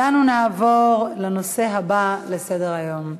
אנו נעבור לנושא הבא בסדר-היום,